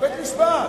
בית-משפט.